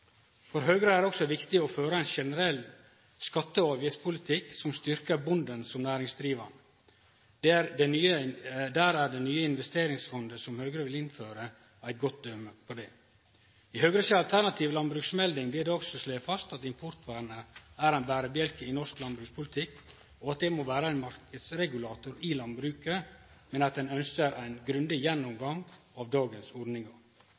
For Høgre er det også viktig å føre ein generell skatte- og avgiftspolitikk som styrkjer bonden som næringsdrivande. Det nye investeringsfondet som Høgre vil innføre, er eit godt døme på det. I Høgre si alternative landbruksmelding blir det også slege fast at importvernet er ein berebjelke i norsk landbrukspolitikk, og at det må vere ein marknadsregulator i landbruket, men at ein ønskjer ein grundig gjennomgang av dagens ordningar.